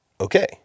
okay